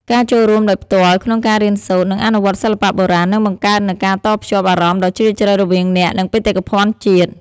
ការចូលរួមដោយផ្ទាល់ក្នុងការរៀនសូត្រ និងអនុវត្តសិល្បៈបុរាណនឹងបង្កើតនូវការតភ្ជាប់អារម្មណ៍ដ៏ជ្រាលជ្រៅរវាងអ្នក និងបេតិកភណ្ឌជាតិ។